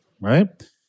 right